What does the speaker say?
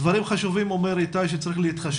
הרי חוק הגנת הפרטיות לא צפה את תקופת הקורונה וגם